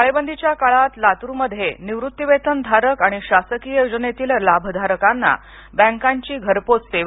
टाळेबंदीच्या काळात लातूरमध्ये निवृत्तीवेतनधारक आणि शासकीय योजनेतील लाभधारकांना बँकांची घरपोच सेवा